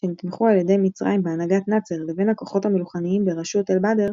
שנתמכו על ידי מצרים בהנהגת נאצר לבין הכוחות המלוכניים בראשות אל באדר,